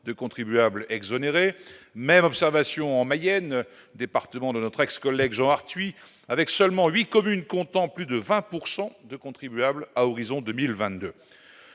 de contribuables exonérés même observation en Mayenne, département de notre ex-collègue Jean Arthuis, avec seulement 8 communes comptant plus de 20 pour 100 de contribuables à horizon 2022,